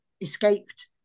escaped